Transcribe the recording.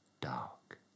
dark